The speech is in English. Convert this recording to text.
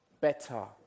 Better